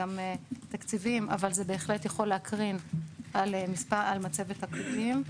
וגם תקציביים אבל זה בהחלט יכול להקרין על מצבת הכלואים.